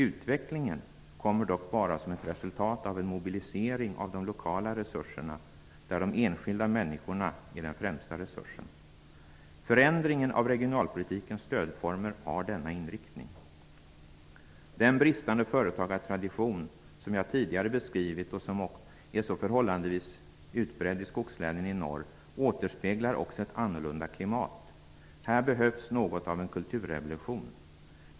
Utvecklingen kommer dock bara som ett resultat av en mobilisering av de lokala resurserna, där de enskilda människorna är den främsta resursen. Förändringen av regionalpolitikens stödformer har denna inriktning. Den bristande företagartradition som jag tidigare beskrivit och som är förhållandevis utbredd i skogslänen i norr återspeglar också ett annorlunda klimat. Här behövs något av en kulturrevolution.